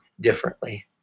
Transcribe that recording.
differently